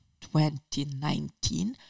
2019